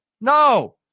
No